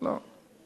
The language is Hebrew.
לא.